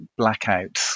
blackouts